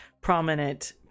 prominent